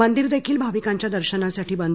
मदिर देखील भाविकांच्या दर्शनासाठी बंद आहे